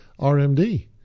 RMD